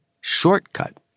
shortcut